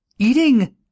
Eating